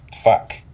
fuck